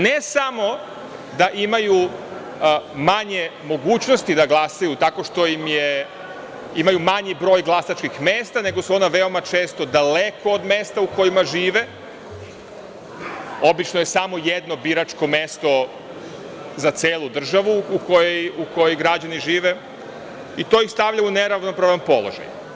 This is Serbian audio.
Ne samo da imaju manje mogućnosti da glasaju tako što imaju manji broj glasačkih mesta, nego su ona veoma često daleko od mesta u kojima žive, obično je samo jedno biračko mesto za celu državu u kojoj građani žive i to ih stavlja u neravnopravan položaj.